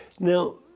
Now